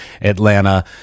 Atlanta